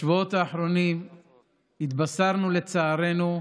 בשבועות האחרונים התבשרנו, לצערנו,